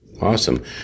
Awesome